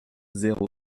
zéro